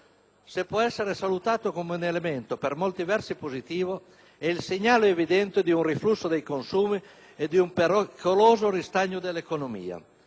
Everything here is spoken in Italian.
se può essere salutato come un elemento per molti versi positivo è il segnale evidente di un riflusso dei consumi e di un pericoloso ristagno dell'economia.